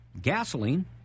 gasoline